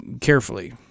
carefully